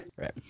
Right